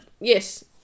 yes